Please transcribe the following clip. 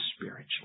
spiritually